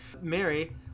Mary